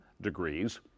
degrees